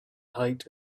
height